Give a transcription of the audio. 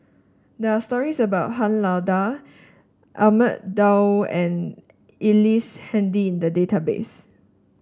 there are stories about Han Lao Da Ahmad Daud and Ellice Handy in the database